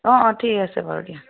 অঁ অঁ ঠিক আছে বাৰু দিয়া